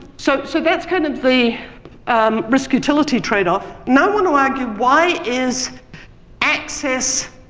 so so that's kind of the um risk utility trade off. now i want to argue why is access,